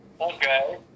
Okay